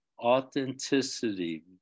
authenticity